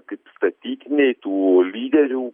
kaip statytiniai tų lyderių